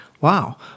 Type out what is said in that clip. Wow